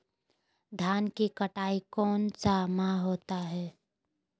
धान की कटाई कौन सा माह होता है?